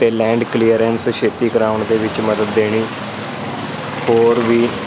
ਅਤੇ land clearance ਛੇਤੀ ਕਰਾਉਣ ਦੇ ਵਿੱਚ ਮਦਦ ਦੇਣੀ ਹੋਰ ਵੀ